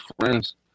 friends